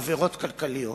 עבירות כלכליות,